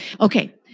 Okay